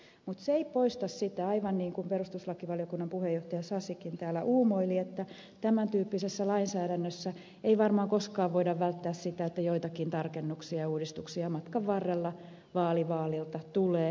mutta se ei poista sitä aivan niin kuin perustuslakivaliokunnan puheenjohtaja sasikin täällä uumoili että tämän tyyppisessä lainsäädännössä ei varmaan koskaan voida välttää sitä että joitakin tarkennuksia ja uudistuksia matkan varrella vaali vaalilta tulee